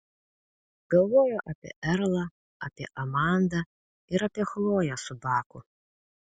galvojo apie erlą apie amandą ir apie chloję su baku